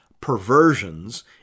perversions